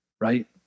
right